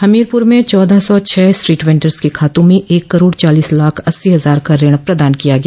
हमीरपुर में चौदह सौ छह स्ट्रीट वेंडर्स के खातों में एक करोड़ चालीस लाख अस्सी हजार का ऋण प्रदान किया गया